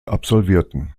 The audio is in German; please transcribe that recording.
absolvierten